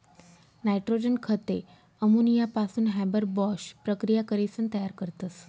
nitrogen खते अमोनियापासून Haber Bosch प्रकिया करीसन तयार करतस